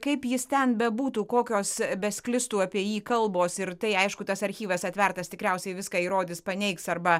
kaip jis ten bebūtų kokios besklistų apie jį kalbos ir tai aišku tas archyvas atvertas tikriausiai viską įrodys paneigs arba